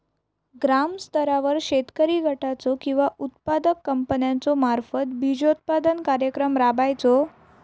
ग्रामस्तरावर शेतकरी गटाचो किंवा उत्पादक कंपन्याचो मार्फत बिजोत्पादन कार्यक्रम राबायचो?